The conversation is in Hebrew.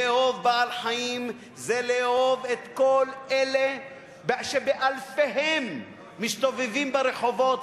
לאהוב בעל-חיים זה לאהוב את כל אלה שבאלפיהם מסתובבים ברחובות,